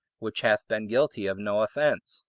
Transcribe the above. which hath been guilty of no offense.